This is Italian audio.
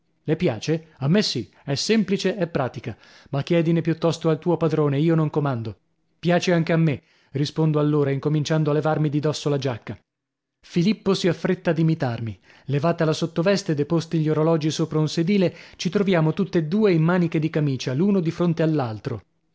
le piace a me sì è semplice e pratica ma chiedine piuttosto al tuo padrone io non comando piace anche a me rispondo allora incominciando a levarmi di dosso la giacca filippo si affretta ad imitarmi levata la sottoveste deposti gli orologi sopra un sedile ci troviamo tutt'e due in maniche di camicia l'uno di fronte